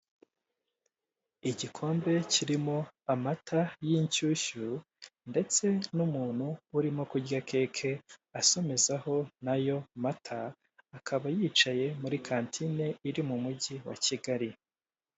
Igikombe kirimo amata y'inshyushyu ndetse n'umuntu urimo kurya keke asomezaho nayo mata akaba yicaye muri kantine iri mu mujyi wa Kigali.